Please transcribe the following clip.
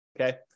Okay